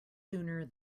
sooner